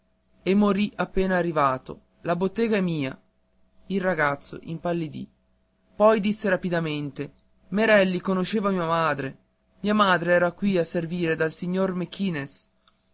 e morì appena arrivato la bottega è mia il ragazzo impallidì poi disse rapidamente merelli conosceva mia madre mia madre era qua a servire dal signor